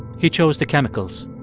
he chose the chemicals.